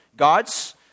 Gods